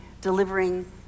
delivering